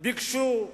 ביקשו